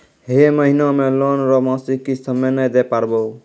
है महिना मे लोन रो मासिक किस्त हम्मे नै दैल पारबौं